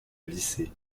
glisser